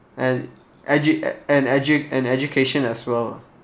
and edu~ and edu~ and education as well